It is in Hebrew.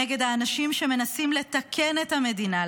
נגד האנשים שמנסים לתקן את המדינה,